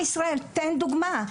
תן דוגמה אישית.